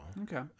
Okay